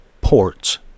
ports